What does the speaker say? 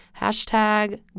Hashtag